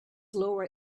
lower